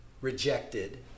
rejected